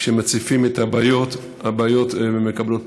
כשמציפים את הבעיות, הבעיות מקבלות פתרון.